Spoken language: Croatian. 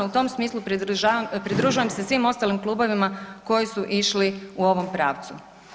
U tom smislu pridružujem se svim ostalim klubovima koji su išli u ovom pravcu.